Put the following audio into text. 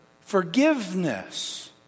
Forgiveness